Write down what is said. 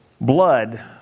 Blood